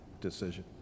decision